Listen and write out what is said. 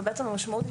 והמשמעות היא,